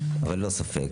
אבל ללא ספק אפשר לחשוב.